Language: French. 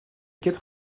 quatre